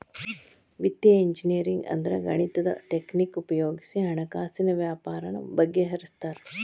ವಿತ್ತೇಯ ಇಂಜಿನಿಯರಿಂಗ್ ಅಂದ್ರ ಗಣಿತದ್ ಟಕ್ನಿಕ್ ಉಪಯೊಗಿಸಿ ಹಣ್ಕಾಸಿನ್ ವ್ಯವ್ಹಾರಾನ ಬಗಿಹರ್ಸ್ತಾರ